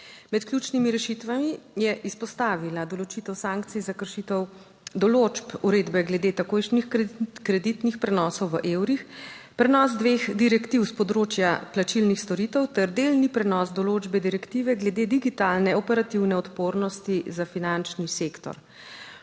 Med ključnimi rešitvami je izpostavila določitev sankcij za kršitev določb uredbe glede takojšnjih kreditnih prenosov v evrih, prenos **30. TRAK: (NB) – 11.25** (Nadaljevanje) dveh direktiv s področja plačilnih storitev ter delni prenos določbe direktive glede digitalne operativne odpornosti za finančni sektor.